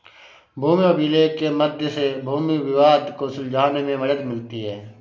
भूमि अभिलेख के मध्य से भूमि विवाद को सुलझाने में मदद मिलती है